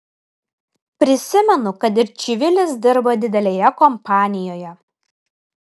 prisimenu kad ir čivilis dirba didelėje kompanijoje